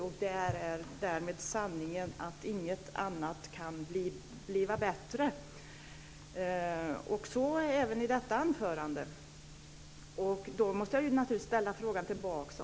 Därmed är också sanningen att inget annat kan bliva bättre. Så gör han också i detta anförande. Jag måste naturligtvis ställa en fråga tillbaka.